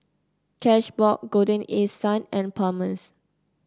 Cashbox Golden East Sun and Palmer's